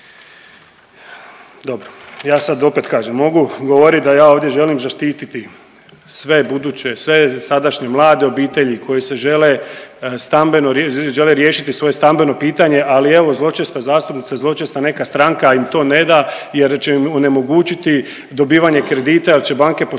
dobro, ja sad opet kažem mogu govoriti da ja ovdje želim zaštititi sve buduće, sve sadašnje mlade obitelji koji se žele stambeno žele riješiti svoje stambeno pitanje, ali evo zločesta zastupnica zločesta neka stranka im to ne da jer će im onemogućiti dobivanje kredita jer će banke postrožiti,